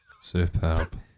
Superb